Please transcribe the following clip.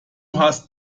hast